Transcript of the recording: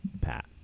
Pat